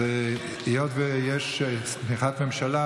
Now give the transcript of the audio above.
אז היות שיש תמיכת ממשלה,